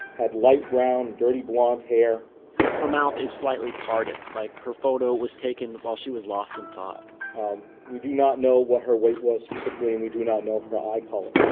had light brown dirty blonde hair her mouth is slightly parted, like her photo was taken while she was lost in thought we do not know what her weight was specifically and we do not know her eye color.